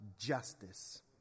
justice